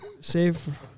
Save